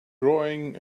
drawing